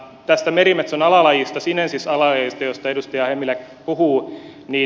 tästä merimetson alalajista sinensis alalajista josta edustaja hemmilä puhuu